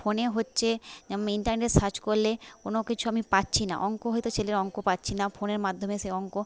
ফোনে হচ্ছে যেম ইন্টারনেটে সার্চ করলে কোনো কিছু আমি পারছি না অঙ্ক হয়তো ছেলের অঙ্ক পারছি না ফোনের মাধ্যমে সেই অঙ্ক